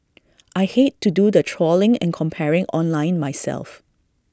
I hate to do the trawling and comparing online myself